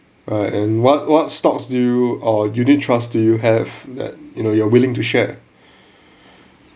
uh and what what stocks do you or unit trust do you have that you know you are willing to share